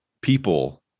people